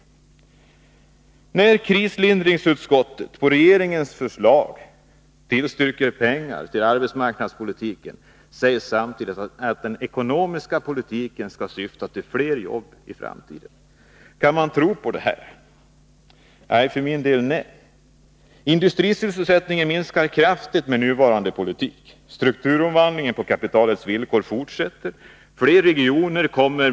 Samtidigt som krislindringsutskottet, på regeringens förslag, tillstyrker pengar till arbetsmarknadspolitiken säger man att den ekonomiska politiken skall syfta till fler jobb i framtiden. Kan vi tro på det? För min del blir svaret nej. Industrisysselsättningen minskar kraftigt med nuvarande politik. Strukturomvandlingen på kapitalets villkor fortsätter.